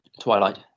Twilight